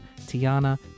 Tiana